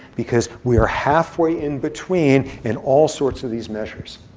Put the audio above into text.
because we are halfway in between in all sorts of these measures.